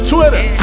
Twitter